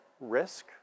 risk